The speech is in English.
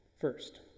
First